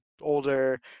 older